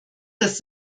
dass